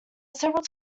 several